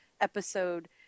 episode